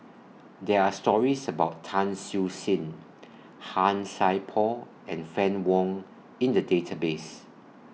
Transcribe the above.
There Are stories about Tan Siew Sin Han Sai Por and Fann Wong in The Database